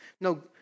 No